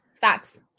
Facts